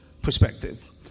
perspective